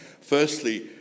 Firstly